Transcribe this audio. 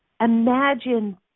Imagine